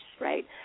right